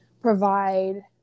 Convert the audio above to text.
provide